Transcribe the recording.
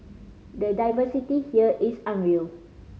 the diversity here is unreal